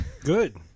Good